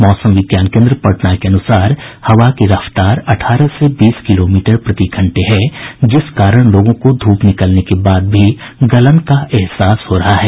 मौसम विज्ञान केन्द्र पटना के अनुसार हवा की रफ्तार अठारह से बीस किलोमीटर प्रति घंटे है जिस कारण लोगों को धूप निकलने के बाद भी गलन का एहसास हो रहा है